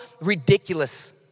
ridiculous